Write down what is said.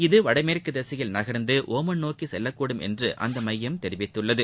இது வடமேற்கு திசையில் நகர்ந்து டுமன் நோக்கி செல்லக்கூடும் என்று அந்த மையம் தெரிவித்துள்ளது